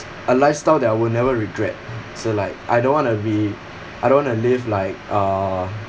a lifestyle that I will never regret so like I don't want to be I don't want to live like uh